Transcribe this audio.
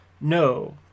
No